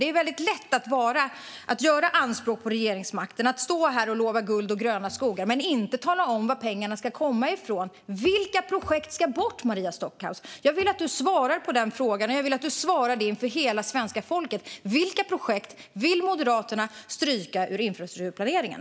Det är väldigt lätt att göra anspråk på regeringsmakten och att stå här och lova guld och gröna skogar men inte tala om var pengarna ska komma ifrån. Vilka projekt ska bort, Maria Stockhaus? Jag vill att du svarar på den frågan. Och jag vill att du inför hela svenska folket svarar på vilka projekt som Moderaterna vill stryka ur infrastrukturplaneringen.